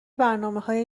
برنامههای